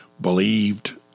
believed